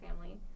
family